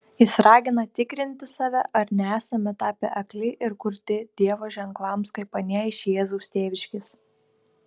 jis ragina tikrinti save ar nesame tapę akli ir kurti dievo ženklams kaip anie iš jėzaus tėviškės